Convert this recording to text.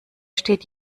steht